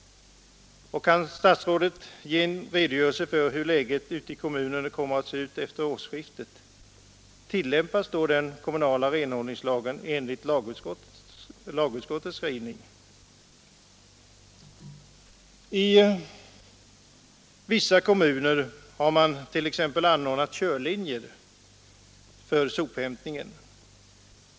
Kan statsrådet ge en redogörelse för hur läget ute i kommunerna kommer att se ut efter årsskiftet? Tillämpas då den kommunala renhållningslagen enligt tredje lagutskottets skrivning? I vissa kommuner har man t.ex. anordnat körlinjer för sophämtningen.